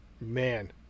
man